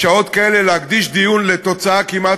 בשעות כאלה להקדיש דיון לתוצאה כמעט